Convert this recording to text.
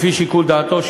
לפי שיקול דעתו,